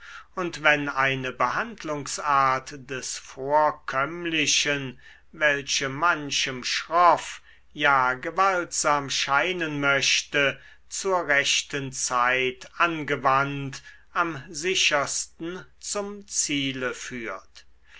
und wenn eine behandlungsart des vorkömmlichen welche manchem schroff ja gewaltsam scheinen möchte zur rechten zeit angewandt am sichersten zum ziele führt